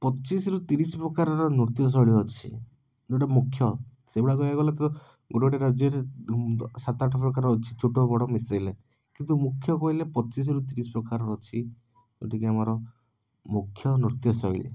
ପଚିଶରୁ ତିରିଶ ପ୍ରକାର ନୃତ୍ୟଶୈଳୀ ଅଛି ଯେଉଁଟା ମୁଖ୍ୟ ସେଗୁଡ଼ା କହିବାକୁ ଗଲେ ତ ଗୋଟେଗୋଟେ ରାଜ୍ୟରେ ସାତ ଆଠ ପ୍ରକାର ଅଛି ଛୋଟବଡ଼ ମିଶେଇଲେ କିନ୍ତୁ ମୁଖ୍ୟ କହିଲେ ପଚିଶରୁ ତିରିଶ ପ୍ରକାର ଅଛି ଯେଉଁଟାକି ଆମର ମୁଖ୍ୟ ନୃତ୍ୟଶୈଳୀ